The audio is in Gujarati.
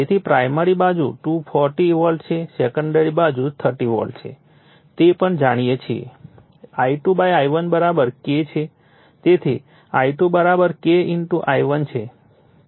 તેથી પ્રાઇમરી બાજુ 240 વોલ્ટ છે સેકન્ડરી બાજુ 30 વોલ્ટ છે તે પણ જાણીએ છીએ કે I2 I1 K છે